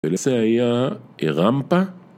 ולזה היה.. אה.. רמפה?